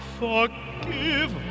forgive